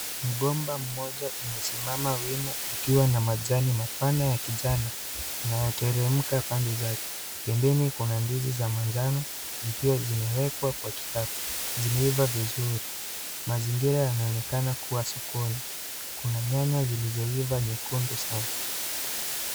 Mgomba mmoja umesimama wima ukiwa na majani mapana ya kijani yanayoteremka pande zake. Bembeni kuna ndizi za majano zikiwa zimewe kwa kikapu, zimeiva vizuri. Mazingira yanaonekana kuwa sokoni. Kuna nyanya zilizoiva nyekundu sana.